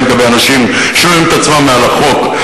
לגבי אנשים שרואים את עצמם מעל לחוק,